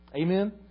Amen